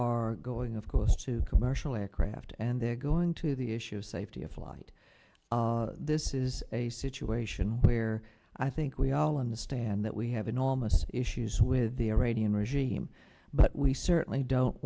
are going of course to commercial aircraft and they're going to the issue of safety of flight this is a situation where i think we all understand that we have enormous issues with the air radio regime but we certainly don't